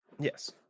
Yes